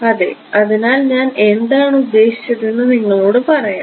അതെ അതിനാൽ ഞാൻ എന്താണ് ഉദ്ദേശിച്ചതെന്ന് നിങ്ങളോട് പറയാം